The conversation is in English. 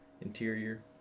interior